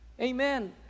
Amen